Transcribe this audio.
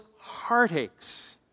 heartaches